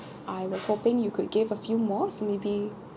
I was hoping you could give a few more maybe